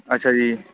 ਅੱਛਾ ਜੀ